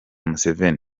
museveni